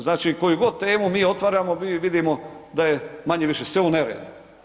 Znači koju god temu mi otvorimo, mi vidimo da je manje-više sve u neredu.